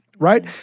right